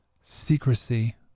secrecy